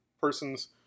persons